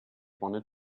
wanted